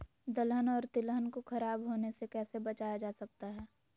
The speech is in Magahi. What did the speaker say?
दलहन और तिलहन को खराब होने से कैसे बचाया जा सकता है?